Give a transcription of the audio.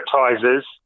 advertisers